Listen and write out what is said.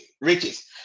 riches